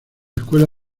escuela